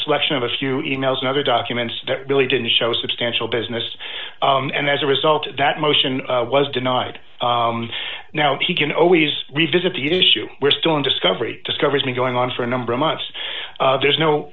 selection of a few e mails and other documents that really didn't show substantial business and as a result that motion was denied and now he can always revisit the issue we're still in discovery discovery's been going on for a number of months there's no